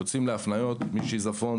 הם יוצאים להפניות משיזפון,